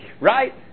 right